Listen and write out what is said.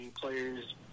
players